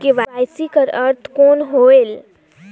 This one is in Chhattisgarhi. के.वाई.सी कर अर्थ कौन होएल?